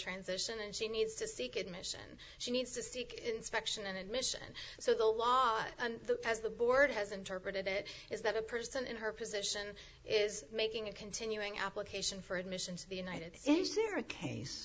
transition and she needs to seek admission she needs to seek inspection and admission so the law and the as the board has interpreted it is that a person in her position is making a continuing application for admission to the united i